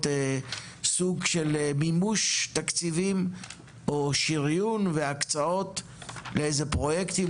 סוג של מימוש תקציבים או שריון והקצאות לאיזה פרויקטים?